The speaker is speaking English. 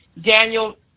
Daniel